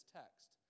text